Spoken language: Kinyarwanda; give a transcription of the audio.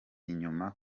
inyuma